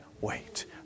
wait